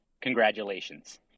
Congratulations